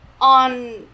on